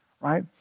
right